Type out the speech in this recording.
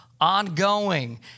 ongoing